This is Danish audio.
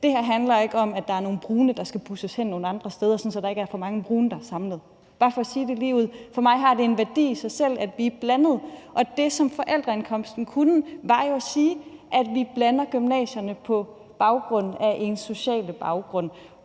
Det her handler ikke om, at der er nogle brune, der skal busses nogle andre steder hen, så der ikke er så mange brune, der er samlet – bare for at sige det ligeud. For mig har det en værdi i sig selv, at det er blandet, og det, som det med forældreindkomsten gjorde, var jo at sige, at vi blander gymnasierne ud fra elevernes sociale baggrund.